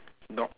dog